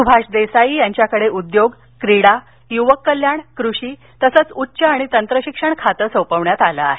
सुभाष देसाई यांच्याकडे उद्योग क्रीडा युवक कल्याण कृषी तसंच उच्च आणि तंत्रशिक्षण खातं सोपवण्यात आलं आहे